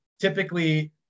typically